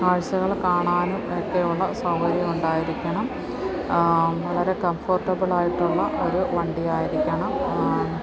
കാഴ്ചകൾ കാണാനും ഒക്കെയുള്ള സൗകര്യം ഉണ്ടായിരിക്കണം വളരെ കംഫർട്ടബിളായിട്ടുള്ള ഒരു വണ്ടിയായിരിക്കണം